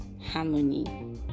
harmony